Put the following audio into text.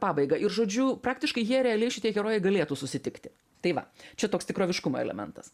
pabaigą ir žodžiu praktiškai jie realiai šitie herojai galėtų susitikti tai va čia toks tikroviškumo elementas